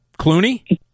Clooney